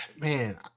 man